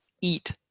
eat